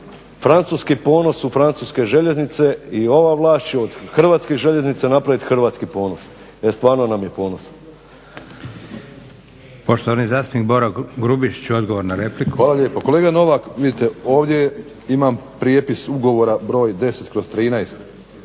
francuski ponos u francuske željeznice i ova vlast će od Hrvatskih željeznica napraviti hrvatski ponos. Jer stvarno nam je ponos.